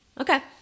Okay